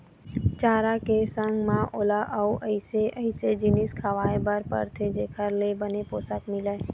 चारा के संग म ओला अउ अइसे अइसे जिनिस खवाए बर परथे जेखर ले बने पोषन मिलय